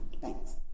Thanks